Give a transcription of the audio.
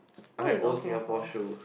why you got Singapore